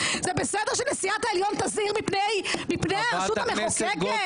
זה בסדר שנשיאת העליון תזהיר מפני הרשות המחוקקת?